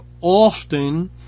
often